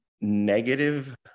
negative